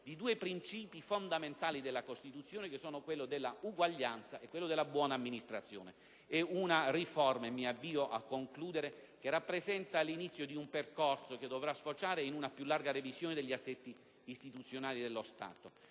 di due principi fondamentali della Costituzione: quello dell'uguaglianza e quello della buona amministrazione. È una riforma, infine, che rappresenta l'inizio di un percorso che dovrà sfociare in una più larga revisione degli assetti istituzionali dello Stato.